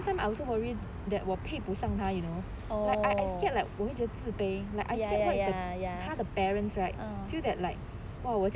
at the same time I also worry that 我配不上他 you know like I I scared like 我会觉得自卑 like I scared what if 他的 parents right feel that like